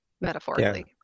metaphorically